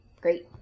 Great